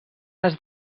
les